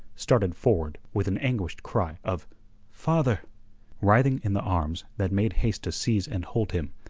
started forward with an anguished cry of father writhing in the arms that made haste to seize and hold him,